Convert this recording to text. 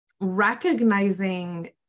Recognizing